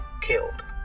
killed